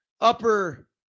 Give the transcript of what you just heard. upper